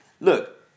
Look